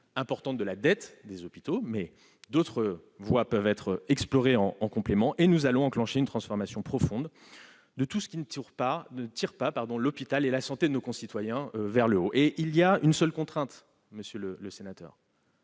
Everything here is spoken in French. importante de la dette des hôpitaux, mais d'autres voies peuvent être explorées en complément. Nous allons engager une transformation profonde de tout ce qui ne tire pas l'hôpital et la santé de nos concitoyens vers le haut. Notre seule contrainte, monsieur le sénateur,